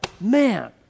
man